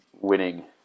winning